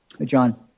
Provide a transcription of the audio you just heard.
John